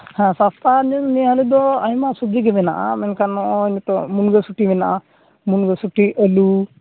ᱥᱟᱥᱛᱟ ᱱᱤᱭᱟᱹ ᱜᱷᱟᱹᱲᱤᱡ ᱫᱚ ᱟᱭᱢᱟ ᱥᱚᱵᱡᱤ ᱜᱮ ᱢᱮᱱᱟᱜᱼᱟ ᱢᱮᱱᱠᱷᱟᱱ ᱱᱚᱜᱼᱚᱭ ᱱᱤᱛᱚᱜ ᱢᱩᱱᱜᱟᱹᱥᱩᱴᱤ ᱢᱮᱱᱟᱜᱼᱟ ᱢᱩᱱᱜᱟᱹᱥᱩᱴᱤ ᱟᱹᱞᱩ